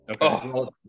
Okay